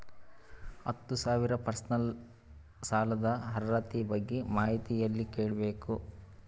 ಹತ್ತು ಸಾವಿರ ಪರ್ಸನಲ್ ಸಾಲದ ಅರ್ಹತಿ ಬಗ್ಗೆ ಮಾಹಿತಿ ಎಲ್ಲ ಕೇಳಬೇಕು?